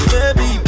Baby